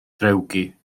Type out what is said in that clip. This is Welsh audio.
drewgi